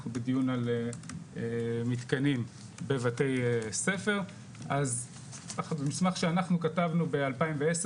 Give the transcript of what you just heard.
אנחנו בדיון על מתקנים בבתי-ספר אז מסמך שאנחנו כתבנו ב-2010,